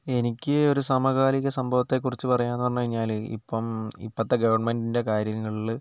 എനിക്ക് ഒരു സമകാലിക സംഭവത്തെക്കുറിച്ച് പറയുക എന്ന് പറഞ്ഞു കഴിഞ്ഞാൽ ഇപ്പം ഇപ്പോഴത്തെ ഗവൺമെൻ്റിൻ്റെ കാര്യങ്ങളിൽ